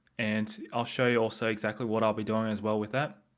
and i'll show you also exactly what i'll be doing as well with that.